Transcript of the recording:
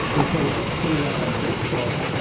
we put ah put it out on facebook.